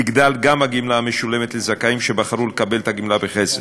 תגדל גם הגמלה המשולמת לזכאים שבחרו לקבל את הגמלה בכסף.